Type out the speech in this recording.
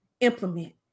implement